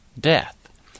death